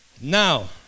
Now